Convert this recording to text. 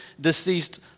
deceased